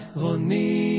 roni